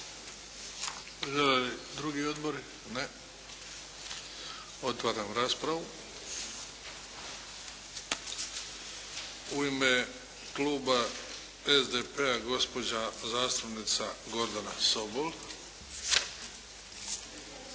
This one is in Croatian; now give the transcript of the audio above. Želi li drugi odbori? Ne. Otvaram raspravu. U ime Kluba SDP-a gospođa zastupnica Gordana Sobol.